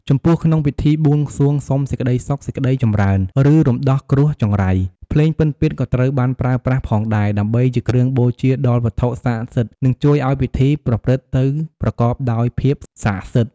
ចំពោះក្នុងពិធីបួងសួងសុំសេចក្ដីសុខ សេចក្ដីចម្រើន ឬរំដោះគ្រោះចង្រៃ ភ្លេងពិណពាទ្យក៏ត្រូវបានប្រើប្រាស់ផងដែរ ដើម្បីជាគ្រឿងបូជាដល់វត្ថុស័ក្តិសិទ្ធិ និងជួយឱ្យពិធីប្រព្រឹត្តទៅប្រកបដោយភាពស័ក្តិសិទ្ធិ។